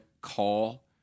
call